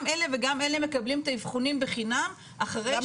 גם אלה וגם אלה מקבלים את האבחונים בחינם --- למה